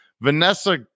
Vanessa